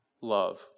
love